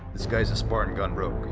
this guy is a spartan gone rouge.